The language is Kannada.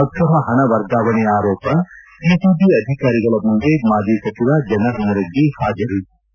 ಅಕ್ರಮ ಹಣ ವರ್ಗಾವಣೆ ಆರೋಪ ಸಿಸಿಬಿ ಅಧಿಕಾರಿಗಳ ಮುಂದೆ ಮಾಜಿ ಸಚಿವ ಜನಾರ್ದನ ರೆಡ್ಡಿ ಹಾಜರು